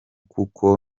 kuko